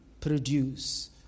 produce